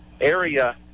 Area